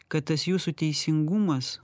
kad tas jūsų teisingumas